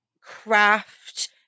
craft